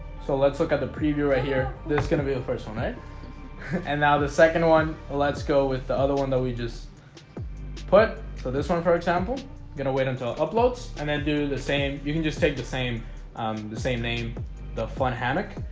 so, let's look at the preview right here this is gonna be the first one night and now the second one let's go with the other one that we just put so this one. for example, i'm gonna wait until it uploads and then do the same you can just take the same um the same name the fun hammock.